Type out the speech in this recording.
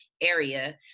area